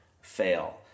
fail